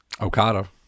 Okada